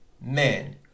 men